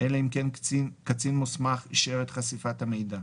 אלא אם כן קצין מוסמך אישר את חשיפת המידע,